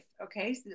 Okay